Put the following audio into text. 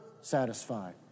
satisfied